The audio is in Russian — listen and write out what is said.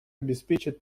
обеспечат